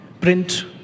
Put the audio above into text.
print